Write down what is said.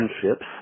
friendships